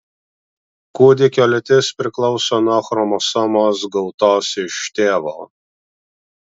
kūdikio lytis priklauso nuo chromosomos gautos iš tėvo